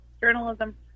journalism